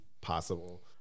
possible